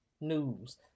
news